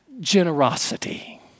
generosity